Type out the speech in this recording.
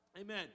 Amen